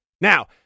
Now